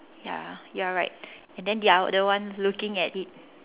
ya you are right and then the other one looking at it